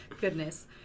goodness